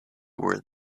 were